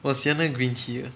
我喜欢那个 green tea 的